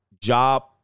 Job